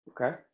Okay